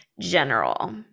general